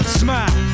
smile